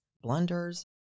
blunders